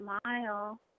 smile